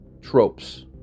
tropes